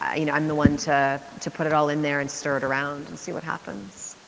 you know, i'm the one to to put it all in there and stir it around and see what happens.